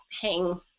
hang